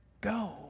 go